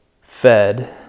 Fed